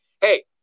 hey